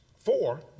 Four